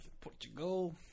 Portugal